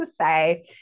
say